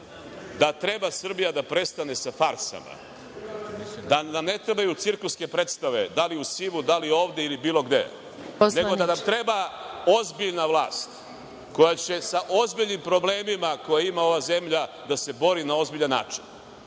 da treba Srbija da prestane sa farsama, da nam ne trebaju cirkuske predstave, da li u SIV-u, da li ovde ili bilo gde, nego da nam treba ozbiljna vlast koja će sa ozbiljnim problemima, koje ima ova zemlja, da se bori na ozbiljan način. Mi